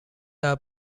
are